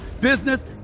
business